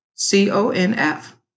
C-O-N-F